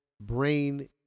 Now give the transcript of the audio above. brain